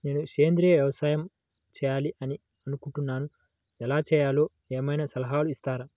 నేను సేంద్రియ వ్యవసాయం చేయాలి అని అనుకుంటున్నాను, ఎలా చేయాలో ఏమయినా సలహాలు ఇస్తారా?